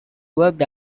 worked